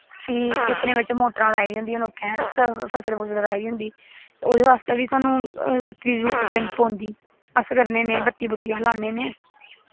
फ्ही खेत्तरें च मोटरां लाई दियां होंदियां लोकैं हैं फसल फुसल रहाई दी होंदी ओह्दै बास्तै बी सानूं बत्ती दी जरूरत पौंदी अस करने होन्ने बत्ती बुत्ती अस लान्ने होन्ने